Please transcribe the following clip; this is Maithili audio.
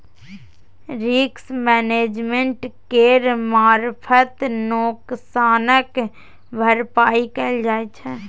रिस्क मैनेजमेंट केर मारफत नोकसानक भरपाइ कएल जाइ छै